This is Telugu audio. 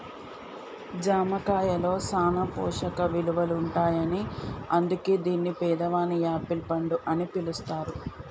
జామ కాయలో సాన పోషక ఇలువలుంటాయని అందుకే దీన్ని పేదవాని యాపిల్ పండు అని పిలుస్తారు